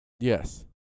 Yes